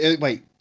wait